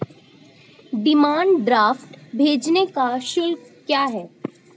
Demand draft भेजने का शुल्क क्या है?